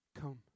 come